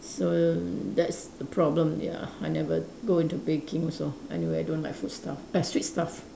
so that's the problem ya I never go into baking also anyway I don't like food stuff err sweet stuff